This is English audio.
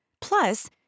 Plus